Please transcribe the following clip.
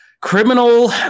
criminal